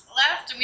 left